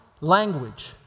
language